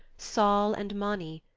sol and mani,